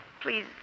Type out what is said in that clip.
Please